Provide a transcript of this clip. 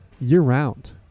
year-round